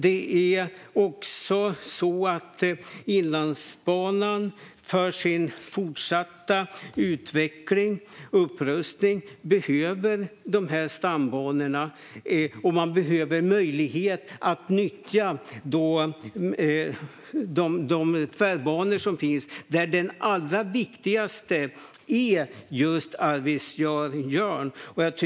Inlandsbanan behöver de stambanorna för sin fortsatta utveckling och upprustning. Man behöver möjlighet att nyttja de tvärbanor som finns, och den allra viktigaste är just Arvidsjaur-Jörn.